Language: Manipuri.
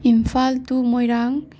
ꯏꯝꯐꯥꯜ ꯇꯨ ꯃꯣꯏꯔꯥꯡ